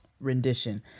rendition